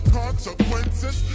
consequences